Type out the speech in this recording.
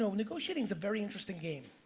negotiation's a very interesting game.